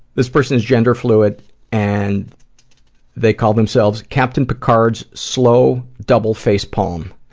this person is gender fluid and they call themselves captain becards slow double faced palm.